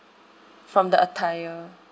from the attire